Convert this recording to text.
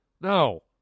No